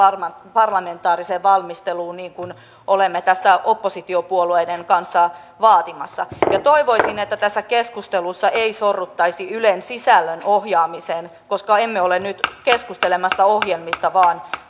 parlamentaariseen valmisteluun niin kuin olemme tässä oppositiopuolueiden kanssa vaatimassa toivoisin että tässä keskustelussa ei sorruttaisi ylen sisällön ohjaamiseen koska emme ole nyt keskustelemassa ohjelmista vaan